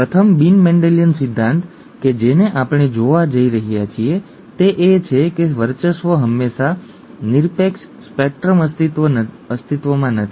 પ્રથમ બિન મેન્ડેલિયન સિદ્ધાંત કે જેને આપણે જોવા જઈ રહ્યા છીએ તે એ છે કે વર્ચસ્વ હંમેશાં નિરપેક્ષ સ્પેક્ટ્રમ અસ્તિત્વમાં નથી